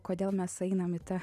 kodėl mes einam į tą